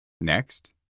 Next